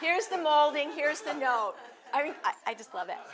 here's the balding here's the no i just love it